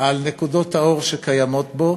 על נקודות האור שקיימות בו,